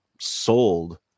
sold